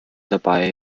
dabei